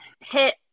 hit